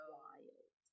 wild